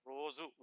Rosu